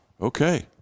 okay